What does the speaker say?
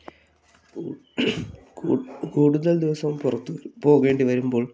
കൂടുതൽ കൂടുതൽ ദിവസവും പുറത്തു പോകേണ്ടിവരുമ്പോൾ